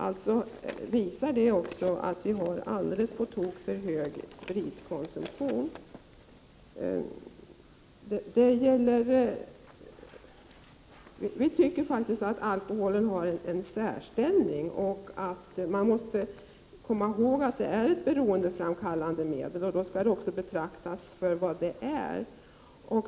Det visar alltså att vi har på tok för stor spritkonsumtion. Vi tycker faktiskt att alkoholen har en särställning, och man måste komma ihåg att alkohol är ett beroendeframkallande medel. Då skall den också betraktas för vad den är.